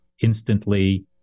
instantly